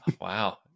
Wow